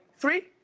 three,